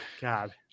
God